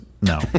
no